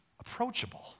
approachable